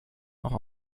auch